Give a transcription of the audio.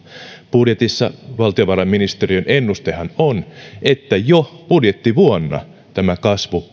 budjetissa valtiovarainministeriön ennustehan on että jo budjettivuonna tämä kasvu